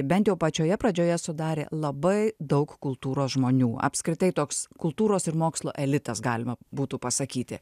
bent jau pačioje pradžioje sudarė labai daug kultūros žmonių apskritai toks kultūros ir mokslo elitas galima būtų pasakyti